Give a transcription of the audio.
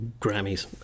Grammys